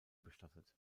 bestattet